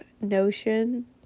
notion